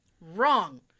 Wrong